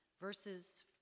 verses